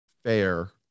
fair